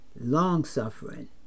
long-suffering